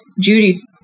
Judy's